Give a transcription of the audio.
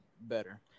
better